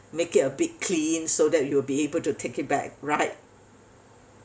make it a bit clean so that you'll be able to take it back right